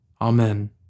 Amen